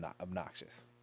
obnoxious